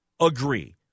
agree